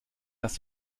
dass